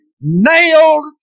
nailed